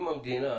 אם המדינה